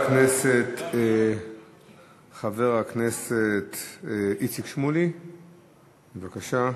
חבר הכנסת איציק שמולי, בבקשה.